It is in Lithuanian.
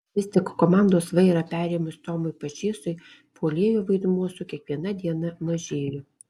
vis tik komandos vairą perėmus tomui pačėsui puolėjo vaidmuo su kiekviena diena mažėjo